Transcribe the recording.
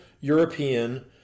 European